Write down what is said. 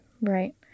Right